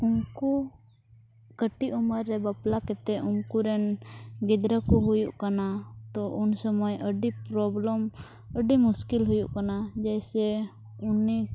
ᱩᱱᱠᱩ ᱠᱟᱹᱴᱤᱡ ᱩᱢᱮᱹᱨ ᱨᱮ ᱵᱟᱯᱞᱟ ᱠᱟᱛᱮ ᱩᱱᱠᱩ ᱨᱮᱱ ᱜᱤᱫᱽᱨᱟᱹ ᱠᱚ ᱦᱩᱭᱩᱜ ᱠᱟᱱᱟ ᱛᱚ ᱩᱱ ᱥᱚᱢᱚᱭ ᱟᱹᱰᱤ ᱯᱨᱳᱵᱞᱮᱢ ᱟᱹᱰᱤ ᱢᱩᱥᱠᱤᱞ ᱦᱩᱭᱩᱜ ᱠᱟᱱᱟ ᱡᱮᱭᱥᱮ ᱩᱱᱤ